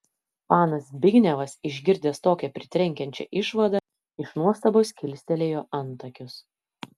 panas zbignevas išgirdęs tokią pritrenkiančią išvadą iš nuostabos kilstelėjo antakius